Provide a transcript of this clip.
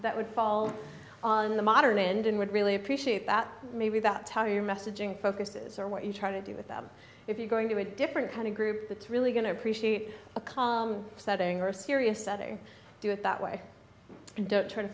that would fall on the modern end and would really appreciate that maybe that top of your messaging focuses are what you try to do with them if you're going to a different kind of group that's really going to appreciate a calm setting or a serious setting do it that way and don't t